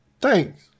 thanks